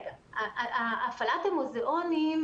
הפעלת המוזיאונים,